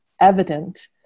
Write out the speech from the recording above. evident